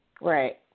Right